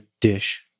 dish